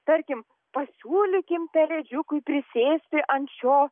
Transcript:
tarkim pasiūlykim pelėdžiukui prisėsti ant šio